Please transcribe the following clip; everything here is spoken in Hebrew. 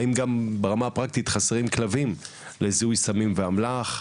האם גם ברמה הפרקטית חסרים כלבים לזיהוי סמים ואמל"ח.